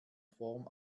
form